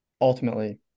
ultimately